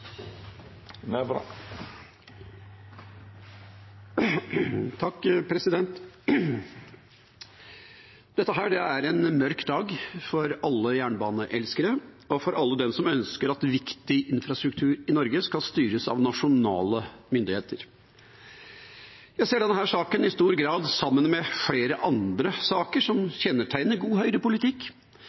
en mørk dag for alle jernbaneelskere og for alle dem som ønsker at viktig infrastruktur i Norge skal styres av nasjonale myndigheter. Jeg ser denne saken i stor grad sammen med flere andre saker som kjennetegner god høyrepolitikk